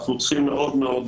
אנחנו צריכים מאוד